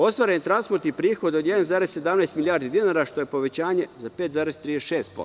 Ostvareni transportni prihod je 1,17 milijardi dinara, što je povećanje za 5,36%